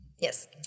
yes